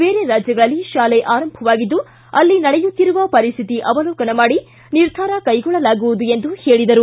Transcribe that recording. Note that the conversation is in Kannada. ಬೇರೆ ರಾಜ್ಯಗಳಲ್ಲಿ ಶಾಲೆ ಆರಂಭವಾಗಿದ್ದು ಅಲ್ಲಿ ನಡೆಯುತ್ತಿರುವ ಪರಿಶ್ಹಿತಿ ಅವಲೋಕನ ಮಾಡಿ ನಿರ್ಧಾರ ಕೈಗೊಳ್ಳಲಾಗುವುದು ಎಂದು ತಿಳಿಸಿದರು